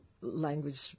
language